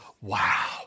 Wow